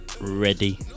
ready